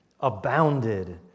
abounded